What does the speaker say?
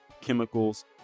chemicals